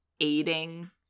aiding